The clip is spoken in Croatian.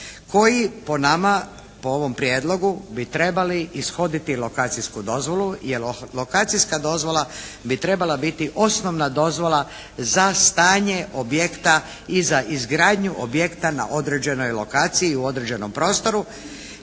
koji po nama po ovom prijedlogu bi trebali ishoditi lokacijsku dozvolu. Jer lokacijska dozvola bi trebala biti osnovna dozvola za stanje objekta i za izgradnju objekta na određenoj lokaciji i u određenom prostoru